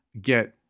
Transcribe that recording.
get